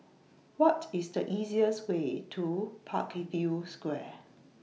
What IS The easiest Way to Parkview Square